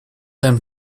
them